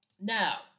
now